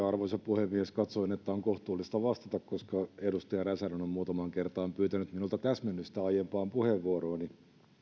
arvoisa puhemies katsoin että on kohtuullista vastata koska edustaja räsänen on muutamaan kertaan pyytänyt minulta täsmennystä aiempaan puheenvuorooni